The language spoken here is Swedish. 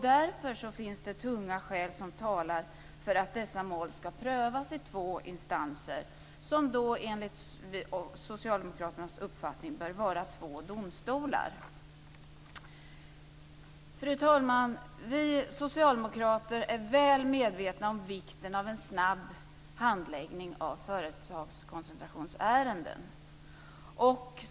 Därför finns det tunga skäl som talar för att dessa mål ska prövas i två instanser, som då enligt socialdemokraternas uppfattning bör vara två domstolar. Fru talman! Vi socialdemokrater är väl medvetna om vikten av en snabb handläggning av företagskoncentrationsärenden.